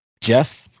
Jeff